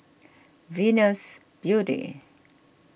Venus Beauty